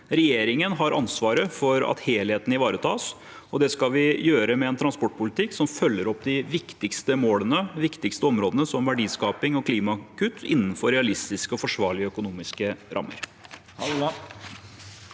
Regjeringen har ansvaret for at helheten ivaretas, og det skal vi gjøre med en transportpolitikk som følger opp de viktigste målene, de viktigste områdene, som verdiskaping og klimakutt, innenfor realistiske og forsvarlige økonomiske rammer.